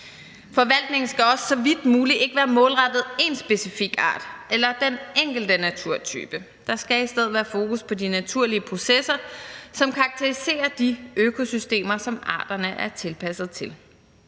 Forvaltningen skal også så vidt muligt ikke være målrettet én specifik art eller den enkelte naturtype. Der skal i stedet være fokus på de naturlige processer, som karakteriserer de økosystemer, som arterne er tilpasset til.